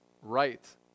right